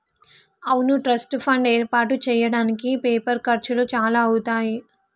అవును trust fund ఏర్పాటు చేయడానికి పేపర్ ఖర్చులు చాలా అవుతాయి